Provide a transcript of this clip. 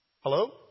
Hello